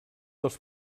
dels